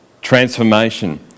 Transformation